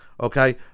Okay